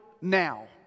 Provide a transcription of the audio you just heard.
now